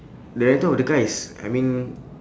the rental of the car is I mean